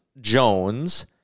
Jones